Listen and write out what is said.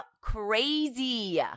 crazy